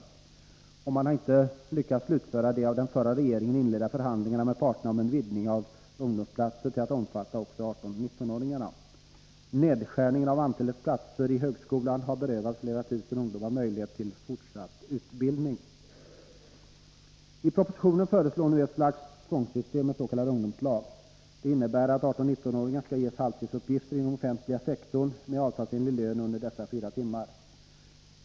Man har inte lyckats slutföra de av den förra regeringen inledda förhandlingarna med parterna om en vidgning av ungdomsplatserna till att omfatta också 18-19-åringarna. Nedskärningen av antalet platser i högskolan har berövat flera tusen ungdomar möjlighet till fortsatt utbildning. I propositionen föreslås nu ett statligt tvångssystem med s.k. ungdomslag. Det innebär att 18-19-åringarna skall ges halvtidsuppgifter inom den offentliga sektorn med avtalsenlig lön under fyra timmar.